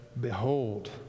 Behold